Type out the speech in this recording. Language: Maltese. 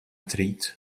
trid